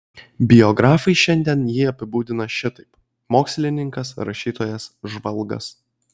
biografai šiandien jį apibūdina šitaip mokslininkas rašytojas žvalgas